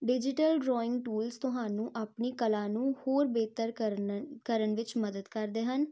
digital drawing tools ਤੁਹਾਨੂੰ ਆਪਣੀ ਕਲਾ ਨੂੰ ਹੋਰ ਬਿਹਤਰ ਕਰਨਾ ਕਰਨ ਵਿੱਚ ਮਦਦ ਕਰਦੇ ਹਨ